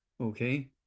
Okay